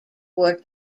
were